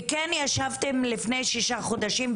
וכן ישבתם לפני שישה חודשים,